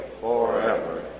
forever